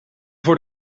voor